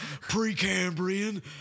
Precambrian